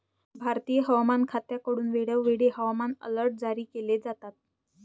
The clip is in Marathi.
भारतीय हवामान खात्याकडून वेळोवेळी हवामान अलर्ट जारी केले जातात